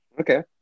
Okay